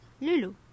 lulu